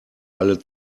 alle